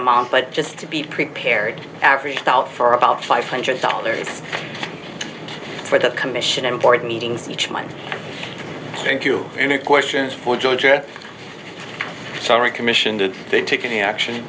amount but just to be prepared every day out for about five hundred dollars for the commission and board meetings each month thank you any questions for georgette sorry commission did they take any action